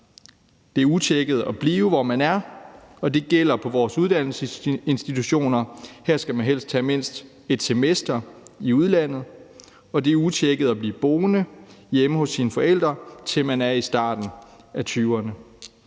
Det er utjekket at blive, hvor man er; det gælder på vores uddannelsesinstitutioner, hvor man helst skal have mindst et semester i udlandet. Det er utjekket at blive boende hjemme hos sine forældre, til man er i starten af tyverne.